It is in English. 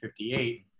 1958